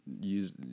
use